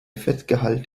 fettgehalt